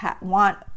want